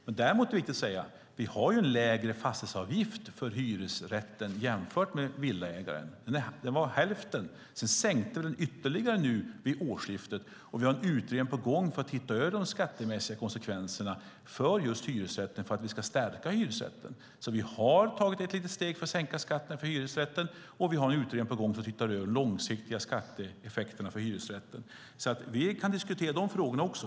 Däremot är det viktigt att säga att vi har en lägre fastighetsavgift för hyresrätter jämfört med villor. Den var hälften, och så sänkte vi den ytterligare vid årsskiftet. Vi har en utredning på gång för att titta över de skattemässiga konsekvenserna för just hyresrätten för att vi ska kunna stärka hyresrätten. Vi har tagit ett litet steg för att sänka skatten för hyresrätten, och vi har alltså en utredning på gång för att titta över de långsiktiga skatteeffekterna för hyresrätten. Vi kan diskutera de frågorna också.